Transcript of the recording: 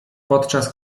podczas